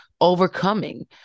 overcoming